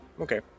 Okay